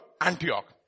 Antioch